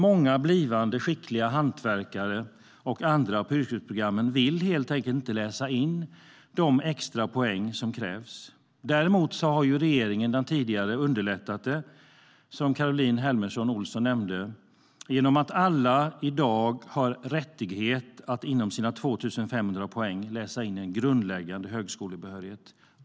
Många blivande skickliga hantverkare och andra på yrkesprogrammen vill helt enkelt inte läsa in de extra poäng som krävs. Däremot har den tidigare regeringen underlättat det, som Caroline Helmersson Olsson nämnde, genom att alla i dag har rättighet att inom sina 2 500 poäng läsa in en grundläggande högskolebehörighet.